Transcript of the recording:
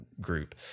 group